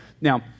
Now